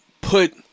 put